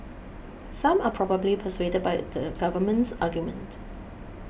some are probably persuaded by the government's argument